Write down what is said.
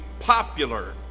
popular